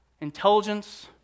Intelligence